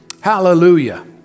Hallelujah